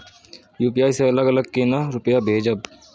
UPI से अलग अलग केना रुपया भेजब